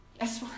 yes